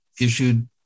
issued